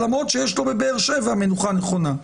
למרות שיש לו בבאר שבע מנוחה נכונה.